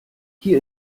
hier